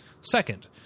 second